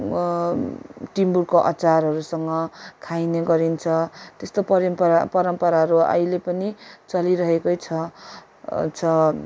टिमुरको अचारहरूसँग खाइने गरिन्छ त्यस्तो परम्परा परम्पराहरू अहिले पनि चलिरहेकै छ छ